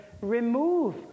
remove